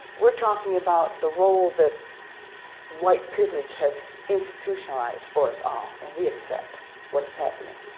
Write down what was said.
we're talking about the role that white privilege has institutionalized for us all and we accept what is happening.